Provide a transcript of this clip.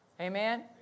Amen